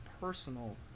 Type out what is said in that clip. personal